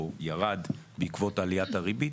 או ירד בעקבות עליית הריבית,